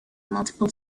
multiple